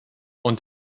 und